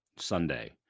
Sunday